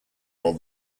while